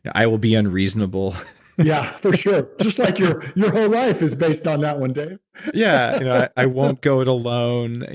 i will be unreasonable yeah, for sure. just like your your whole life is based on that one day yeah, i won't do it alone.